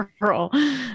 girl